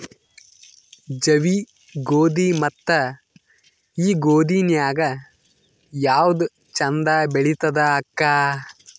ಜವಿ ಗೋಧಿ ಮತ್ತ ಈ ಗೋಧಿ ನ್ಯಾಗ ಯಾವ್ದು ಛಂದ ಬೆಳಿತದ ಅಕ್ಕಾ?